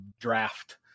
draft